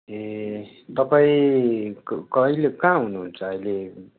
ए तपाईँ क कहिले कहाँ हुनुहुन्छ अहिले